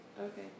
Okay